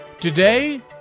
Today